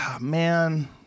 man